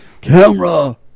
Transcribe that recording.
Camera